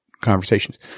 conversations